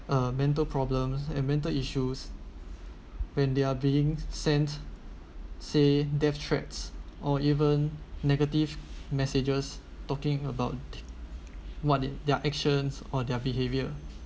a mental problem and mental issues when they are being sent say death threats or even negative messages talking about t~ what their actions or their behaviour